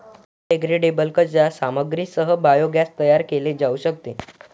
biodegradable कचरा सामग्रीसह biogas तयार केले जाऊ शकते